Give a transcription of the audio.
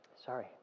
Sorry